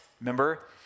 remember